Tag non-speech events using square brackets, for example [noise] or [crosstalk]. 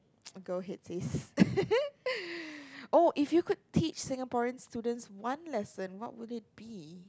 go hit this [laughs] oh if you could teach Singaporean students one lesson what would it be